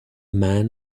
man